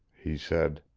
he said.